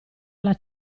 alla